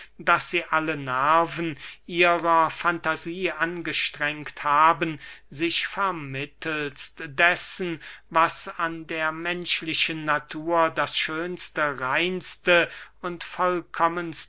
daß sie alle nerven ihrer fantasie angestrengt haben sich vermittelst dessen was an der menschlichen natur das schönste reinste und vollkommenste